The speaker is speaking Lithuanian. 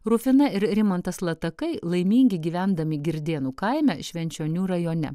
rufina ir rimantas latakai laimingi gyvendami girdėnų kaime švenčionių rajone